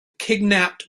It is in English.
kidnapped